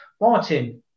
Martin